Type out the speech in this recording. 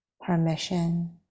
permission